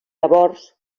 llavors